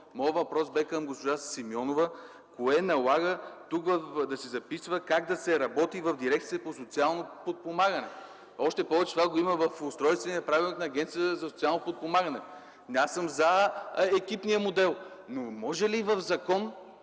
Моят въпрос към госпожа Симеонова беше: кое налага тук да се записва как да се работи в дирекция по социално подпомагане? Още повече, че това го има в Устройствения правилник на Агенцията за социално подпомагане. Аз съм за екипния модел, но може ли в закон